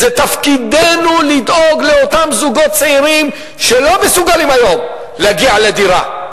זה תפקידנו לדאוג לאותם זוגות צעירים שלא מסוגלים היום להגיע לדירה.